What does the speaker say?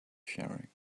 sharing